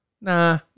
Nah